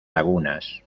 lagunas